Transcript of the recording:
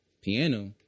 piano